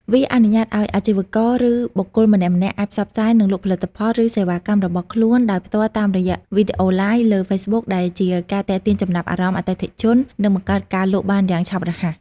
វាអនុញ្ញាតឲ្យអាជីវករ ឬបុគ្គលម្នាក់ៗអាចផ្សព្វផ្សាយ និងលក់ផលិតផល ឬសេវាកម្មរបស់ខ្លួនដោយផ្ទាល់តាមរយៈវីដេអូ Live លើ Facebook ដែលជាការទាក់ទាញចំណាប់អារម្មណ៍អតិថិជន និងបង្កើនការលក់បានយ៉ាងឆាប់រហ័ស។